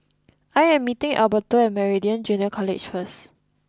I am meeting Alberto at Meridian Junior College first